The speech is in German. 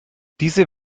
diese